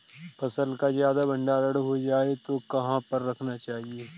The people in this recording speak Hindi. फसल का ज्यादा भंडारण हो जाए तो कहाँ पर रखना चाहिए?